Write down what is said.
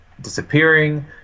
disappearing